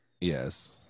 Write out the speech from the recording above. Yes